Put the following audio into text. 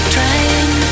Trying